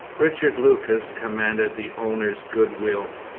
richard lucas commanded the owner's good will.